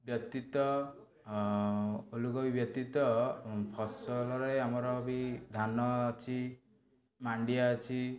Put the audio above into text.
ବ୍ୟତୀତ ଓଲୁ କୋବି ବ୍ୟତୀତ ଫସଲରେ ଆମର ବି ଧାନ ଅଛି ମାଣ୍ଡିଆ ଅଛି